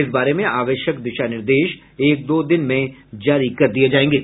इस बारे में आवश्यक दिशा निर्देश एक दो दिन में जारी कर दिए जाएंगे